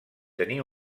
tenir